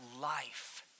life